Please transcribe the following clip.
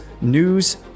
news